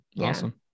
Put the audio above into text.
Awesome